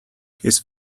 his